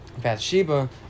Bathsheba